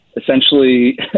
essentially